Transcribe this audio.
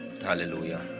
Hallelujah